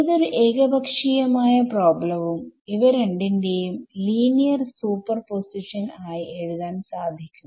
ഏതൊരു ഏകപക്ഷീയമായ പ്രോബ്ലവും ഇവ രണ്ടിന്റെയും ലീനിയർ സൂപ്പർപൊസിഷൻആയി എഴുതാൻ സാധിക്കും